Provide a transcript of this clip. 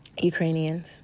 Ukrainians